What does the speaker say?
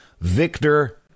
Victor